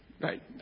right